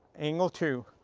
angle two.